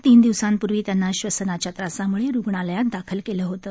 तीन दिवसांपूर्वी त्यांना श्वसनाच्या त्रासामुळे रुग्णालयात दाखल केलं होतं